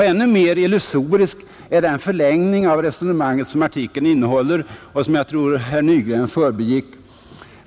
Ännu mera illusorisk är den förlängning av resonemanget som artikeln innehåller och som jag tror herr Nygren förbigick.